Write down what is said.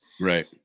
Right